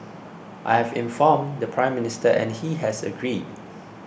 I have informed the Prime Minister and he has agreed